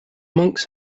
monks